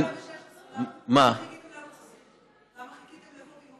2015. למה חיכיתם לערוץ 20?